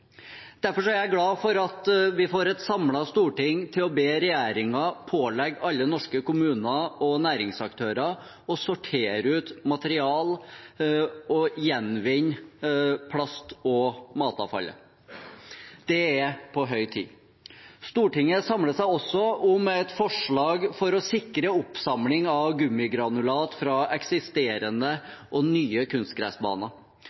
Derfor er jeg glad for at vi får et samlet storting til å be regjeringen pålegge alle norske kommuner og næringsaktører å sortere ut materiale og gjenvinne plast- og matavfallet. Det er på høy tid. Stortinget samler seg også om et forslag om å sikre oppsamling av gummigranulat fra